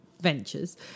ventures